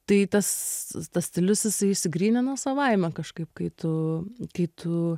tai tas tas stilius jisai išsigrynino savaime kažkaip kai tu kai tu